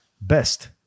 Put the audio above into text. Best